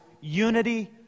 unity